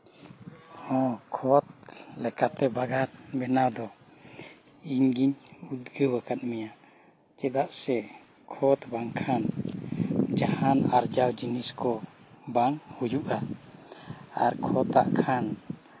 ᱦᱚᱸ ᱠᱷᱚᱛ ᱞᱮᱠᱟᱛᱮ ᱵᱟᱜᱟᱱ ᱵᱮᱱᱟᱣ ᱫᱚ ᱫᱚ ᱤᱧ ᱜᱮᱧ ᱩᱫᱽᱜᱟᱹᱣ ᱟᱠᱟᱫ ᱢᱮᱭᱟ ᱪᱮᱫᱟᱜ ᱥᱮ ᱠᱷᱚᱛ ᱵᱟᱝᱠᱷᱟᱱ ᱡᱟᱦᱟᱱ ᱟᱨᱡᱟᱣ ᱡᱤᱱᱤᱥ ᱠᱚ ᱵᱟᱝ ᱦᱩᱭᱩᱜᱼᱟ ᱟᱨ ᱠᱷᱚᱛᱟᱜ ᱠᱷᱟᱱ